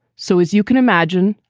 so as you can imagine,